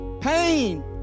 pain